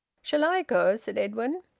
shall i go? said edwin.